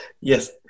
yes